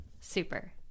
Super